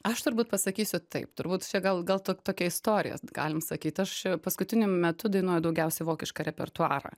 aš turbūt pasakysiu taip turbūt čia gal gal tok tokia istorija t galim sakyt aš paskutiniu metu dainuoju daugiausiai vokišką repertuarą